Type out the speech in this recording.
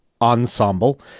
Ensemble